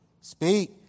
Speak